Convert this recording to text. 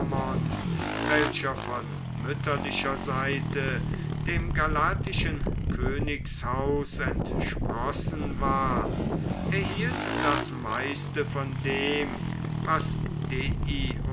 welcher von mütterlicher seite dem galatischen königshaus entsprossen war erhielt das meiste von dem was